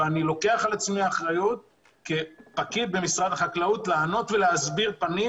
אני לוקח על עצמי אחריות כפקיד במשרד החקלאות לענות ולהסביר פנים